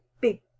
big